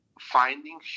finding